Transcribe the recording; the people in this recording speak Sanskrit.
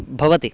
भवति